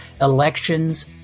Elections